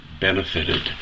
benefited